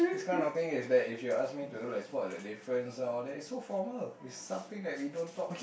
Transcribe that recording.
this kind of thing is that if you ask me to do like spot the difference all that it's so formal it's something that we don't talk